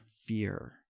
fear